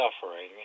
suffering